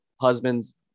husband's